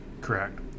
Correct